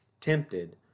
tempted